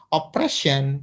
oppression